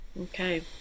Okay